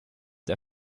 der